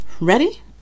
ready